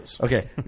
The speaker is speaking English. Okay